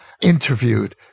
interviewed